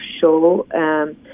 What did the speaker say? show